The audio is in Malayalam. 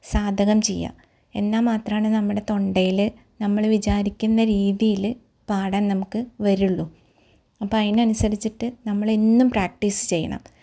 സാതകം ചെയ്യുക എന്നാൽ മാത്രമാണ് നമ്മുടെ തൊണ്ടയിൽ നമ്മൾ വിചാരിക്കുന്ന രീതിയിൽ പാടാൻ നമുക്ക് വരുള്ളൂ അപ്പം അതിനനുസരിച്ചിട്ട് നമ്മൾ എന്നും പ്രാക്റ്റീസ് ചെയ്യണം